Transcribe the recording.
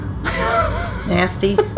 Nasty